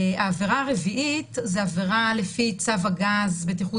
העבירה הרביעית זו עבירה לפי צו הגז בטיחות